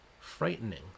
Frightening